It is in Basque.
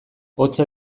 hotza